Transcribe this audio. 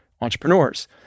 entrepreneurs